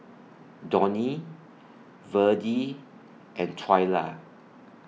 Donny Verdie and Twyla